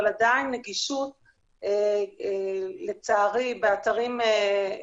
אבל לצערי עדיין אם נותנים את הנגישות הבסיסית באתרים אינטרנטיים